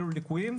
אלו ליקויים,